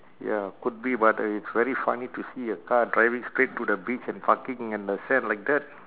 ya could be but uh it's very funny to see a car driving straight to the beach and parking in the sand like that